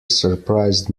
surprised